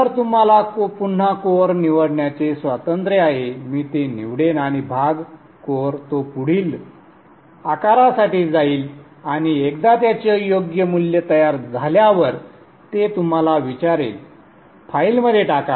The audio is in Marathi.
तर तुम्हाला पुन्हा कोअर निवडण्याचे स्वातंत्र्य आहे मी ते निवडेन आणि भाग कोअर तो पुढील आकारासाठी जाईल आणि एकदा त्याचे योग्य मूल्य तयार झाल्यावर ते तुम्हाला विचारेल संदर्भ वेळ 2049 फाईलमध्ये टाका